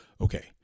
Okay